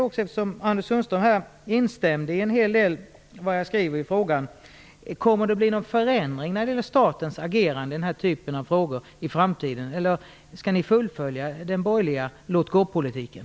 Anders Sundström instämde i en hel del av det jag skriver i frågan. Då blir min fråga: Kommer det att bli någon förändring när det gäller statens agerande i den här typen av frågor i framtiden, eller skall ni fullfölja den borgerliga låt-gå-politiken?